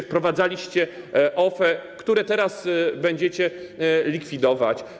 Wprowadzaliście OFE, które teraz będziecie likwidować.